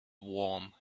warm